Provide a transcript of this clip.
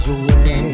away